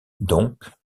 donc